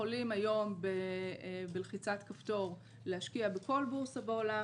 יכולים היום בלחיצת כפתור להשקיע בכל בורסה בעולם,